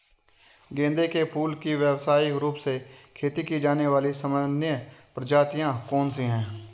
गेंदे के फूल की व्यवसायिक रूप से खेती की जाने वाली सामान्य प्रजातियां कौन सी है?